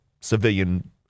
civilian